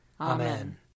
Amen